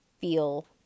feel